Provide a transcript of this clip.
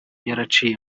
yaraciye